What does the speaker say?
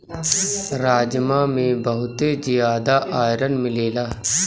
राजमा में बहुते जियादा आयरन मिलेला